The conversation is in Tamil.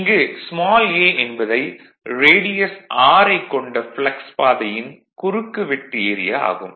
இங்கு ஸ்மால் a என்பதை ரேடியஸ் r ஐக் கொண்ட ப்ளக்ஸ் பாதையின் குறுக்கு வெட்டு ஏரியா ஆகும்